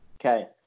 okay